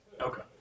Okay